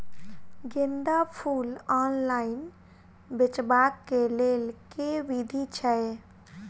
गेंदा फूल ऑनलाइन बेचबाक केँ लेल केँ विधि छैय?